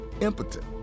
impotent